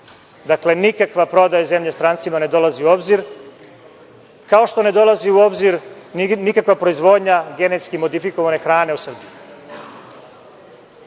Dakle, nikakva prodaja zemlje strancima ne dolazi u obzir, kao što ne dolazi u obzir nikakva proizvodnja genetski modifikovane hrane u Srbiji.